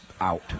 out